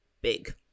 big